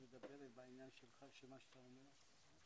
מדברת בעניין של מה שאתה אומר,